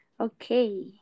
Okay